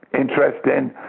interesting